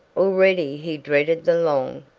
already he dreaded the long,